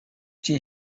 she